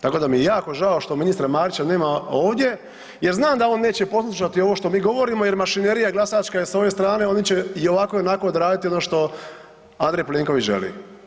Tako da mi je jako žao što ministra Marića nema ovdje jer znam da on neće poslušati ovo što mi govorimo jer mašinerija glasačka je sa ove strane, oni će ovako i onako odraditi ono što A. Plenković želi.